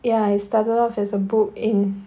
ya it started off as a book in